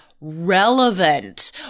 relevant